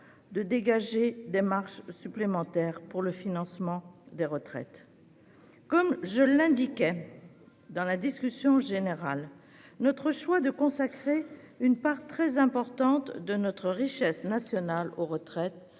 de dégager des marges supplémentaires pour le financement des retraites. Comme je l'indiquais dans la discussion générale, consacrer une part très importante de notre richesse nationale aux retraites